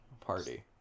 party